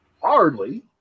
Hardly